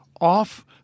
off